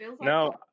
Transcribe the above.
No